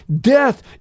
death